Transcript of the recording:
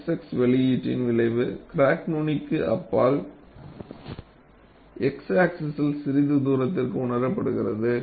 𝛔 xx வெளியீட்டின் விளைவு crack நுனிக்கு அப்பால் x ஆக்ஸிஸ் சிறிது தூரத்திற்கு உணரப்படுகிறது